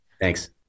Thanks